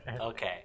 okay